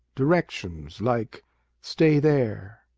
directions, like stay there,